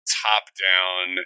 top-down